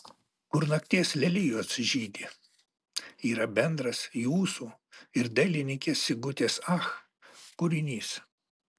kur nakties lelijos žydi yra bendras jūsų ir dailininkės sigutės ach kūrinys